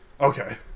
Okay